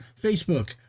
Facebook